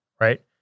right